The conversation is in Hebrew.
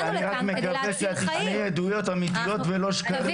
אני רק מקווה שאת תשמעי עדויות אמיתיות ולא שקרים.